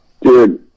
dude